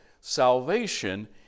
salvation